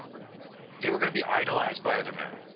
they're going to be idolized by other men,